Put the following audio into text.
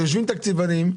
יושבים התקציבנים.